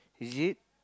is it